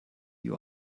you